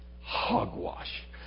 Hogwash